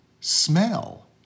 smell